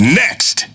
next